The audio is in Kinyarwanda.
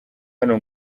hano